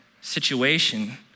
situation